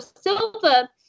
Silva